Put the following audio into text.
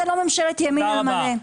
זו לא ממשלת ימין על מלא.